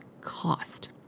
cost